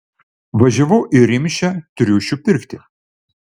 važiavau į rimšę triušių pirkti